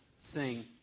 sing